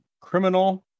Criminal